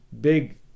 big